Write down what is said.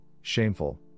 shameful